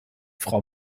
frau